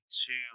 two